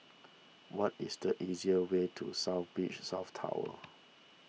what is the easier way to South Beach South Tower